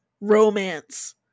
romance